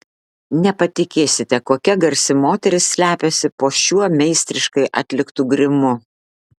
nepatikėsite kokia garsi moteris slepiasi po šiuo meistriškai atliktu grimu